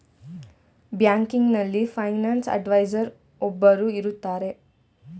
ಬ್ಯಾಂಕಿನಲ್ಲಿ finance advisor ಒಬ್ಬರು ಇರುತ್ತಾರೆ